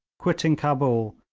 quitting cabul,